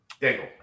dangle